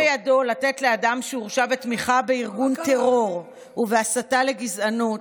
יעלה בידו לתת לאדם שהורשע בתמיכה בארגון טרור ובהסתה לגזענות,